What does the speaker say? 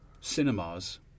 cinemas